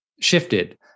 shifted